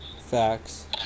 Facts